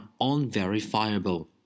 unverifiable